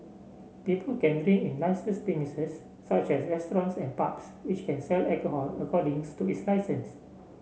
people can drink in licensed premises such as restaurants and pubs which can sell alcohol according to its licence